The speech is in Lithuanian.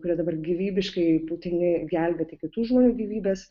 kurie dabar gyvybiškai būtini gelbėti kitų žmonių gyvybes